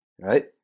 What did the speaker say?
right